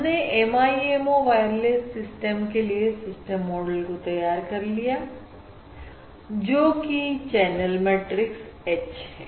हमने MIMO wireless system के लिए सिस्टम मॉडल को तैयार कर लिया जोकि चैनल मैट्रिक्स H है